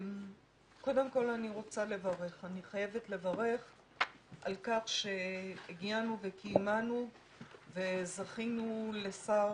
קודם כול אני רוצה לברך על כך שהגיענו וקיימנו וזכינו לשר